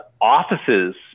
offices